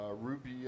Ruby